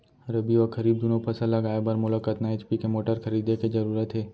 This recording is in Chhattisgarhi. रबि व खरीफ दुनो फसल लगाए बर मोला कतना एच.पी के मोटर खरीदे के जरूरत हे?